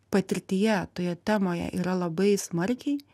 patirtyje toje temoje yra labai smarkiai